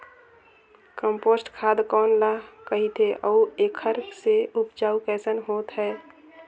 Compost खाद कौन ल कहिथे अउ एखर से उपजाऊ कैसन होत हे?